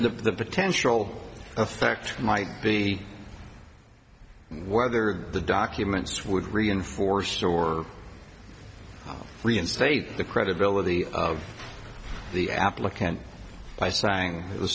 the potential effect might be whether the documents would reinforce or reinstate the credibility of the applicant i sang the